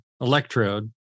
electrode